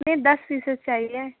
نہیں دس پیسز چاہیے